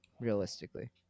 Realistically